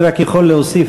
אני רק יכול להוסיף,